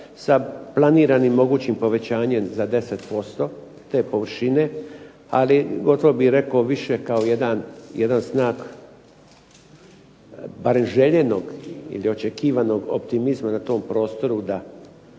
sa planiranim mogućim povećanjem za 10% te površine, ali gotovo bih rekao više kao jedan znak barem željenog ili očekivanog optimizma na tom prostoru da